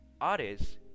artists